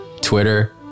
Twitter